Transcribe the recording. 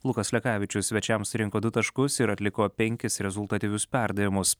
lukas lekavičius svečiam surinko du taškus ir atliko penkis rezultatyvius perdavimus